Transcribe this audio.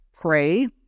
pray